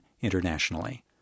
internationally